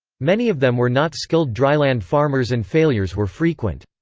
many of them were not skilled dryland farmers and failures were frequent.